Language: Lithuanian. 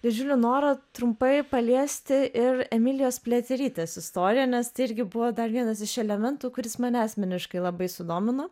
didžiulį norą trumpai paliesti ir emilijos pliaterytės istoriją nes irgi buvo dar vienas iš elementų kuris mane asmeniškai labai sudomino